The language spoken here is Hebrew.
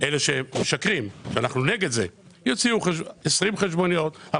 אלה שמשקרים ואנחנו נגד זה - 20 חשבוניות,